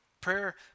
Prayer